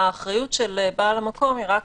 האחריות של בעל המקום היא רק